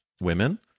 women